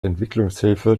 entwicklungshilfe